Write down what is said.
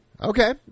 Okay